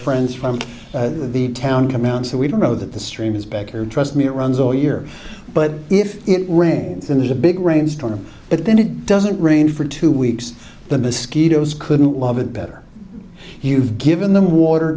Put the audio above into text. friends from the town come out so we don't know that this stream's becker trust me it runs all year but if it rains and there's a big rainstorm but then it doesn't rain for two weeks the mosquitoes couldn't love it better you've given them water